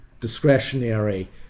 discretionary